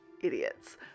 idiots